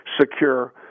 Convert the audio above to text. secure